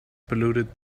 polluted